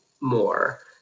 more